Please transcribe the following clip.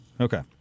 Okay